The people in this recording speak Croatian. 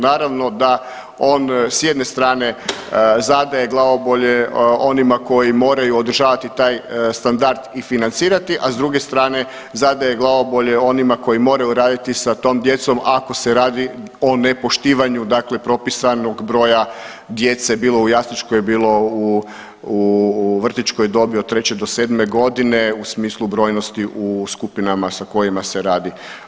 Naravno da on s jedne strane zadaje glavobolje onima koji moraju održavati taj standard i financirati, a s druge strane zadaje glavobolje onima koji moraju raditi sa tom djecom ako se radi o nepoštivanju dakle propisanog broja djece bilo u jasličkoj bilo u vrtićkoj dobi od 3 do 7 godine u smislu brojnosti u skupinama sa kojima se radi.